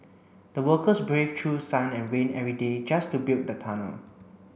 the workers braved through sun and rain every day just to build the tunnel